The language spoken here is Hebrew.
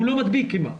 הוא לא מדביק כמעט,